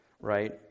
right